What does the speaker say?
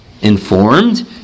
Informed